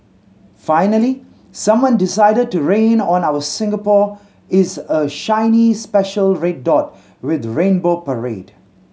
finally someone decided to rain on our Singapore is a shiny special red dot with rainbow parade